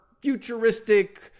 futuristic